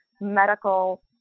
medical